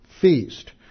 feast